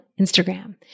Instagram